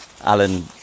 Alan